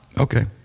Okay